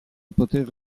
poter